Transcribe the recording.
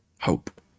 hope